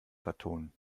vertonen